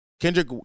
Kendrick